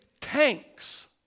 tanks